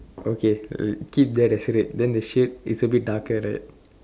okay keep that as red then the shade is a bit darker right